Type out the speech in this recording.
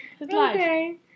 Okay